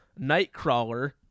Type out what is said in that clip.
nightcrawler